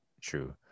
True